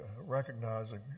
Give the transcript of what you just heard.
recognizing